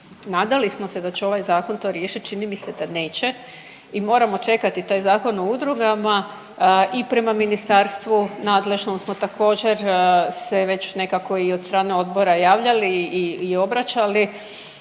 Nadali smo se da će ovaj zakon to riješiti, čini mi se da neće i moramo čekati taj Zakon o udrugama. I prema ministarstvu nadležnom smo također se već nekako i od strane odbora javljali i obraćali,